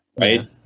right